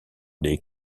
des